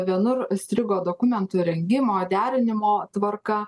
vienur strigo dokumentų rengimo derinimo tvarka